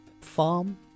farm